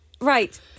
right